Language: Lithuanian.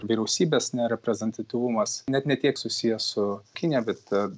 vyriausybės nereprezentatyvumas net ne tiek susijęs su kinija bet